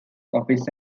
office